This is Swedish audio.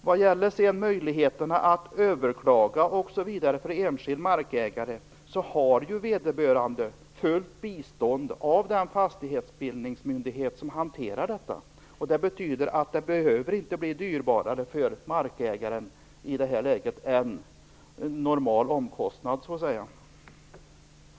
Vad sedan gäller möjligheterna för enskild markägare att överklaga får vederbörande fullt bistånd av den fastighetsbildningsmyndighet som hanterar detta. Det behöver därför inte bli dyrare för markägaren i detta läge än vad som motsvarar normal omkostnad.